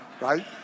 right